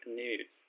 news